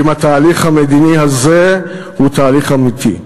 האם התהליך המדיני הזה הוא תהליך אמיתי?